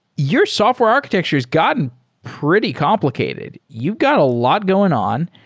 your software architecture has gotten pretty complicated. you've got a lot going on.